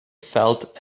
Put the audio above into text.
felt